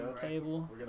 table